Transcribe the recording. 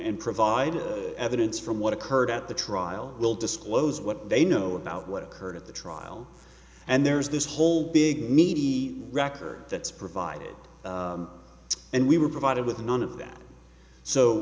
and provide evidence from what occurred at the trial will disclose what they know about what occurred at the trial and there's this whole big meaty record that's provided and we were provided with none of that so